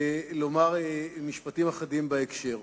לומר משפטים אחדים בהקשר זה.